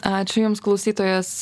ačiū jums klausytojas